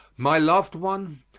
my loved one,